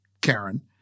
Karen